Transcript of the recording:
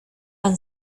han